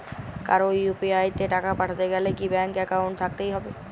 কারো ইউ.পি.আই তে টাকা পাঠাতে গেলে কি ব্যাংক একাউন্ট থাকতেই হবে?